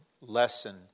lesson